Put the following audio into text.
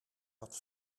had